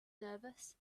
nervous